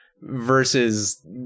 versus